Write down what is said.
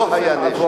לא היה נשק.